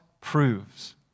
proves